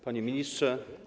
Panie Ministrze!